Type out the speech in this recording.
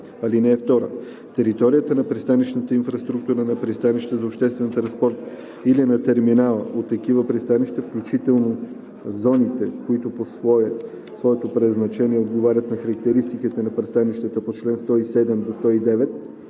лица. (2) Територията и пристанищната инфраструктура на пристанища за обществен транспорт или на терминали от такива пристанища, включително зоните, които по своето предназначение отговарят на характеристиките на пристанищата по чл. 107 – 109,